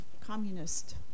communist